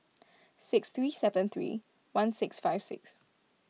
six three seven three one six five six